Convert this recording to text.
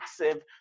massive